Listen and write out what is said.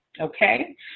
okay